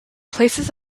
places